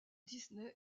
disney